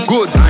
Good